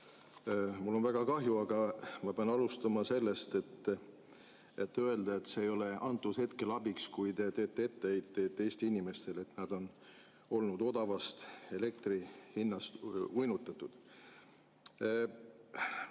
Mul on väga kahju, aga ma pean alustama sellest, et öelda: see ei ole antud hetkel abiks, kui te teete etteheiteid Eesti inimestele, et nad on olnud odavast elektrihinnast uinutatud.